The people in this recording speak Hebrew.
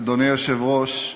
אדוני היושב-ראש,